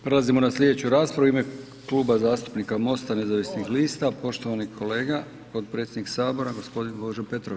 Prelazimo na sljedeću raspravu u ime Kluba zastupnika MOST-a nezavisnih lista, poštovani kolega, potpredsjednik Sabora, gospodin Božo Petrov.